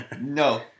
No